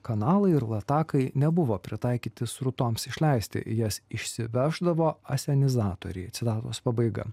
kanalai ir latakai nebuvo pritaikyti srutoms išleisti jas išsiveždavo asenizatoriai citatos pabaiga